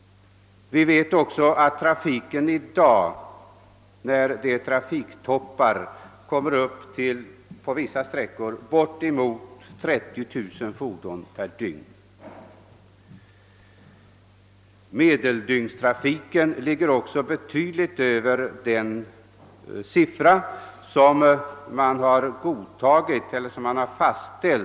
Vi vet att trafiken under toppbelastning uppgår till bortemot 30 000 fordon per dygn på vissa sträckor av denna väg. även medeldygnstrafiken ligger betydligt över den siffra som fastställts för att en väg bör vara motorväg.